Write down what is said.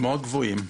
מאוד גבוהים.